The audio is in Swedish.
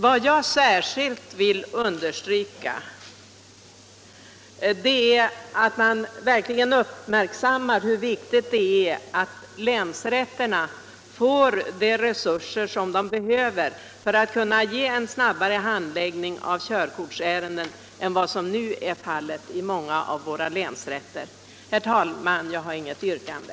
Vad jag särskilt vill understryka är hur viktigt det är att man verkligen uppmärksammar att länsrätterna måste få de resurser som de behöver för en snabbare handläggning av körkortsärenden än vad som nu är fallet i många av våra länsrätter. Herr talman! Jag har inget yrkande.